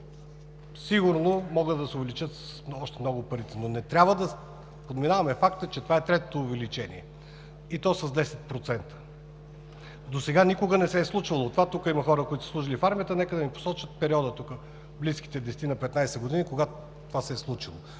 сигурно могат да се увеличат с още много парите, но не трябва да подминаваме факта, че това е третото увеличение, и то с 10%. Досега никога не се е случвало това. Тук има хора, които са служили в армията, нека да ми посочат периода в близките десетина-петнадесет години, когато това се е случило.